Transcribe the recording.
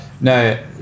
No